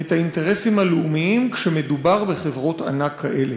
את האינטרסים הלאומיים כשמדובר בחברות ענק כאלה.